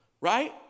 right